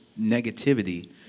negativity